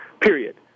period